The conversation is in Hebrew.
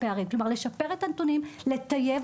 בעצם הבאתי את הכלים מתחום רחב של טיפול רגשי,